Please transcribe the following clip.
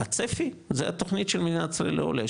הצפי זה התוכנית של מדינת ישראל לעולה,